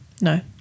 No